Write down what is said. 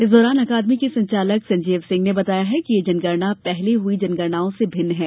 इस दौरान अकादमी के संचालक संजीव सिंह ने कहा कि यह जनगणना पहले हुई जनगणनाओं से भिन्न है